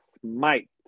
smite